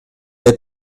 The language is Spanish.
the